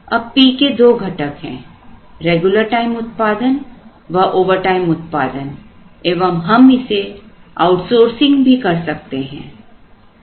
अब P के दो घटक है रेगुलर टाइम उत्पादन व ओवरटाइम उत्पादन एवं हम इसे आउटसोर्सिंग भी कर सकते हैं